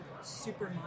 super